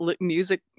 music